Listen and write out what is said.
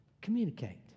communicate